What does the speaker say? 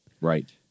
Right